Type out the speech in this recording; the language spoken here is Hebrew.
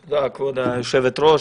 תודה, כבוד היושבת ראש.